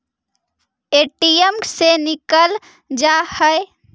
ATM से निकल जा है?